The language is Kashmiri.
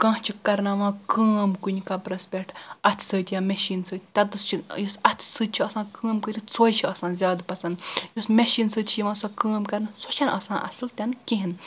کانٛہہ چھ کرناوان کٲم کُنہِ کپرس پٮ۪ٹھ اتھہٕ سۭتۍ یا میشین سۭتۍ تتتھس چھ یُس اتھہٕ سۭتۍ چھ آسان کٲم کٔرتھ سۄے چھ آسان زیادٕ پسنٛد یۄس میشین سۭتۍ چھ یوان سۄ کٲم کرنہٕ سۄ چھنہٕ آسان اصٕل تنہِ کہینۍ